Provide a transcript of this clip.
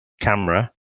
camera